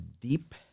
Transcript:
deep